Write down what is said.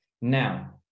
now